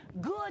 good